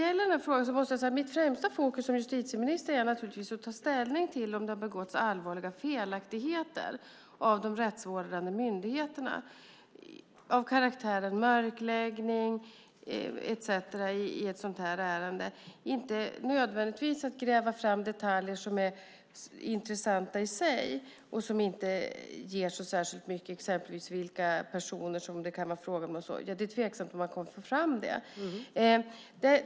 I den här frågan är naturligtvis mitt främsta fokus som justitieminister att ta ställning till om det har begåtts allvarliga felaktigheter av de rättsvårdande myndigheterna av karaktären mörkläggning etcetera, inte nödvändigtvis att gräva fram detaljer som är intressanta i sig men som inte ger så särskilt mycket, exempelvis vilka personer det kan ha varit fråga om. Det är tveksamt om man kommer att få fram det.